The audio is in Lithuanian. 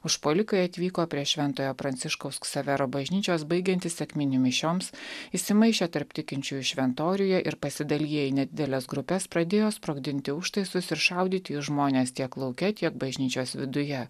užpuolikai atvyko prie šventojo pranciškaus ksavero bažnyčios baigiantis sekminių mišioms įsimaišė tarp tikinčiųjų šventoriuje ir pasidaliję į nedideles grupes pradėjo sprogdinti užtaisus ir šaudyti į žmones tiek lauke tiek bažnyčios viduje